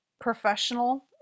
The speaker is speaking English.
professional